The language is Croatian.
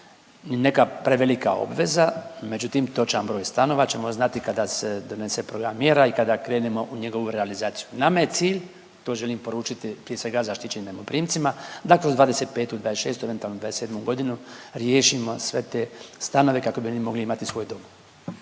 neka prevelika obveza. Međutim, točan broj stanova ćemo znati kada se donese program mjera i kada krenemo u njegovu realizaciju. Nama je cilj, to želim poručiti prije svega zaštićenim najmoprimcima da kroz 2025., šestu, eventualno 2027. godinu riješimo sve te stanove kako bi oni mogli imati svoj dom.